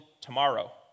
tomorrow